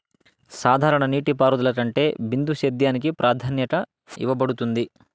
సాధారణ నీటిపారుదల కంటే బిందు సేద్యానికి ప్రాధాన్యత ఇవ్వబడుతుంది